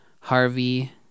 Harvey –